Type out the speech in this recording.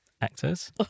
actors